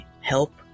help